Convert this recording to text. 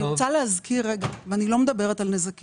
אני רוצה להזכיר ואני לא מדברת על נזקים